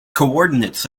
coordinates